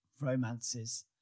romances